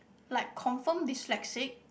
like confirm dyslexic